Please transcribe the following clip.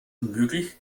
unmöglich